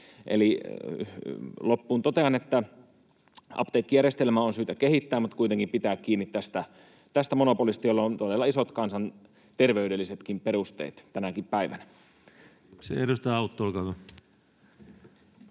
Loppuun totean, että apteekkijärjestelmää on syytä kehittää mutta kuitenkin pitää kiinni tästä monopolista, jolla on todella isot kansanterveydellisetkin perusteet tänäkin päivänä. Kiitoksia. — Edustaja Autto, olkaa